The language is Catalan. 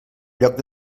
lloc